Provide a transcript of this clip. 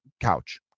couch